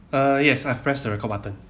uh yes I press the record button